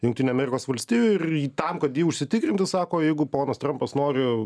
jungtinių amerikos valstijų ir tam kad jį užsitikrinti sako jeigu ponas trampas nori